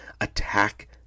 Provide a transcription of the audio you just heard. Attack